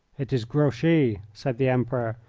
it is grouchy, said the emperor,